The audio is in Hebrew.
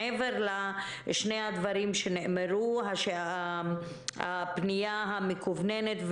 מעבר לדברים שנאמרו הפנייה המקוונת,